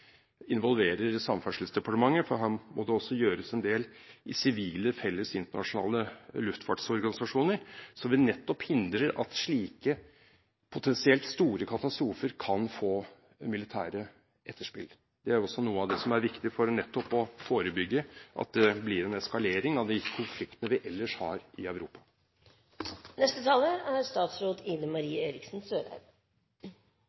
involverer Samferdselsdepartementet, for her må det gjøres en del i sivile, felles internasjonale luftfartsorganisasjoner, så vi nettopp hindrer at slike potensielt store katastrofer kan få militære etterspill. Det er også noe av det som er viktig for nettopp å forebygge at det blir en eskalering av de konfliktene vi ellers har i Europa. Takk til interpellanten for også de ytterligere påpekningene. Som interpellanten helt riktig er